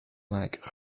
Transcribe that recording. like